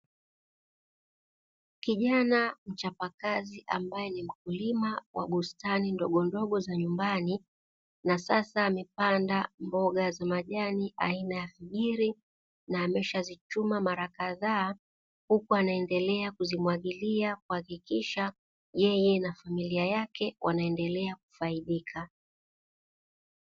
Kijana mchapakazi ambaye ni mkulima wa bustani ndogondogo za nyumbani, na sasa amepanda mboga za majani aina ya fijiri na ameshazichuma mara kadhaa, huku anaendelea kuzimwagilia kuhakikisha yeye na familia yake wanaendelea kufaidika.